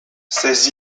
ces